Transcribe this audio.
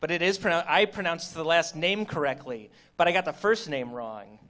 but it is i pronounce the last name correctly but i got the first name wrong